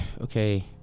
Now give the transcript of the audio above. okay